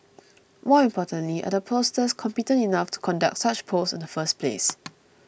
more importantly are the pollsters competent enough to conduct such polls in the first place